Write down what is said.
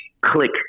click